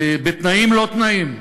בתנאים לא תנאים,